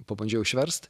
pabandžiau išverst